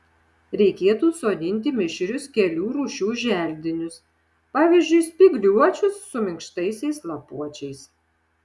reikėtų sodinti mišrius kelių rūšių želdinius pavyzdžiui spygliuočius su minkštaisiais lapuočiais